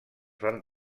van